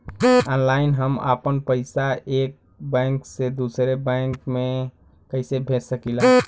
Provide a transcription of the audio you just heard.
Online हम आपन पैसा एक बैंक से दूसरे बैंक में कईसे भेज सकीला?